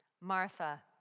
Martha